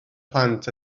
plant